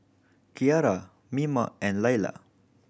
Keara Mima and Layla